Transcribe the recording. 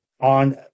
on